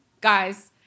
guys